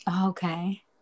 Okay